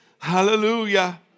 Hallelujah